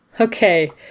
Okay